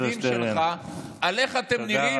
מה אומרים גם התלמידים שלך על איך אתם נראים,